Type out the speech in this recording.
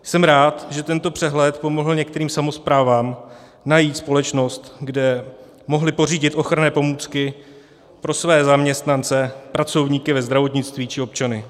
Jsem rád, že tento přehled pomohl některým samosprávám najít společnost, kde mohli pořídit ochranné pomůcky pro své zaměstnance, pracovníky ve zdravotnictví či občany.